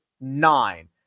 nine